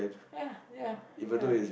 ya ya ya